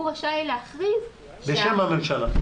הוא רשאי להכריז -- בשם הממשלה.